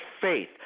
faith